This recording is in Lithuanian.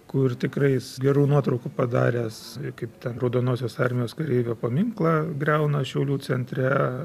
kur tikrai jis gerų nuotraukų padaręs kaip ten raudonosios armijos kareivio paminklą griauna šiaulių centre